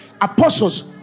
apostles